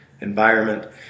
environment